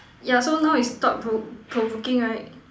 yeah so now is thought pro~ provoking right